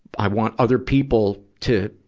i want other people to,